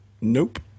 nope